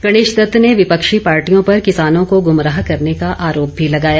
गणेशदत्त ने विपक्षी पार्टियों पर किसानों को गुमराह करने का आरोप भी लगाया